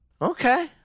Okay